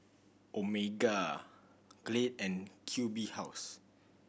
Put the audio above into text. Omega Glade and Q B House